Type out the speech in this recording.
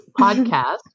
podcast